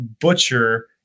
butcher